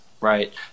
right